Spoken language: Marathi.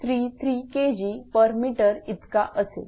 533 Kgm इतका असेल